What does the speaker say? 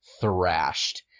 thrashed